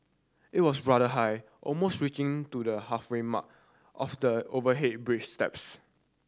it was rather high almost reaching to the halfway mark of the overhead bridge steps